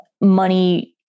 money